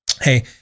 Hey